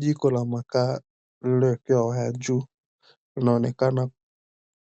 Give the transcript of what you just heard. Jiko la makaa lilowekewa waya juu linaonekana